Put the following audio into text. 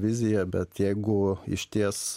vizija bet jeigu išties